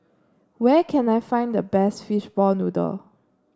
where can I find the best Fishball Noodle